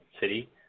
City